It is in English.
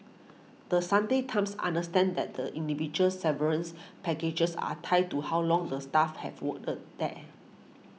The Sunday Times understands that the individual severance packages are tied to how long the staff have worked there